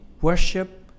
worship